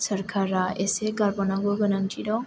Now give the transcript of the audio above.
सरकारा एसे गारबावनांगौ गोनांथि दं